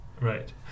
Right